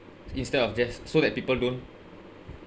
instead of just so that people don't